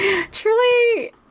Truly